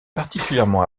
particulièrement